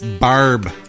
barb